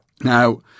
Now